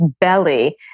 belly